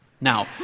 Now